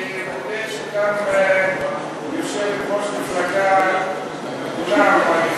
אני מודה שגם יושבת-ראש מפלגה גדולה אמרה לי,